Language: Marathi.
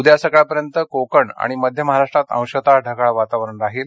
उद्या सकाळपर्यंत कोकण आणि मध्य महाराष्ट्रात अंशतः ढगाळ वातावरण राहील